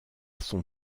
son